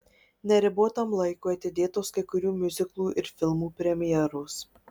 neribotam laikui atidėtos kai kurių miuziklų ir filmų premjeros